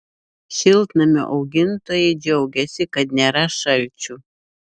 šiltnamių augintojai džiaugiasi kad nėra šalčių